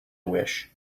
wish